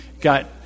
got